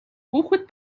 хүүхэд